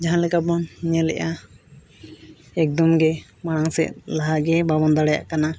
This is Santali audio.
ᱡᱟᱦᱟᱸᱞᱮᱠᱟ ᱵᱚᱱ ᱧᱮᱞᱮᱫᱼᱟ ᱮᱠᱫᱚᱢ ᱜᱮ ᱢᱟᱲᱟᱝ ᱥᱮᱫ ᱞᱟᱦᱟᱜᱮ ᱵᱟᱵᱚᱱ ᱫᱟᱲᱮᱭᱟᱜ ᱠᱟᱱᱟ